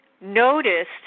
noticed